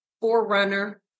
Forerunner